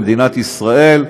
במדינת ישראל,